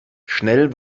schnell